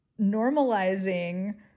normalizing